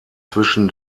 zwischen